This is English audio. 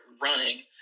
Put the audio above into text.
running